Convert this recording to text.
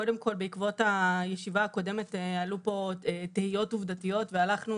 קודם כל בעקבות הישיבה הקודמת עלו פה תהיות עובדתיות והלכנו